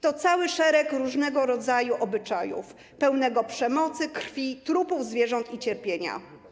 To cały szereg różnego rodzaju obyczajów, pełnego przemocy, krwi, trupów zwierząt i cierpienia.